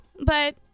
but-